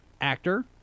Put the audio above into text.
Actor